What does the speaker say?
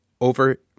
over